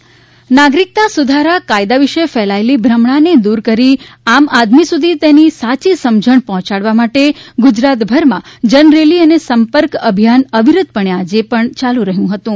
સમર્થન ઝુંબેશ અને રેલી નાગરિકતા સુધારા કાયદા વિષે ફેલાયેલી ભ્રમણા ને દૂર કરી આમ આદમી સુધી તેની સાચી સમજણ પહોચડવા માટે ગુજરાતભરમાં જનરેલી અને સંપર્ક અભિયાન અવિરત પણે આજે પણ ચાલ્યું હતું